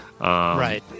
right